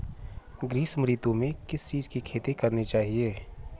ग्रीष्म ऋतु में किस चीज़ की खेती करनी चाहिये?